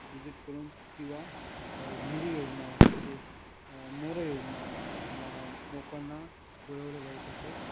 visit करून किंवा विहिरी योजना तसेच नर योजना लोकांना पुरवले पाहिजे तसे